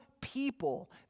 people